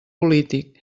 polític